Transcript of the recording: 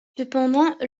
cependant